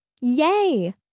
Yay